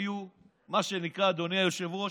אדוני היושב-ראש,